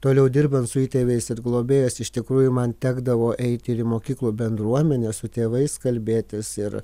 toliau dirbant su įtėviais ir globėjas iš tikrųjų man tekdavo eiti ir į mokyklų bendruomenes su tėvais kalbėtis ir